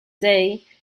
day